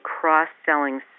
cross-selling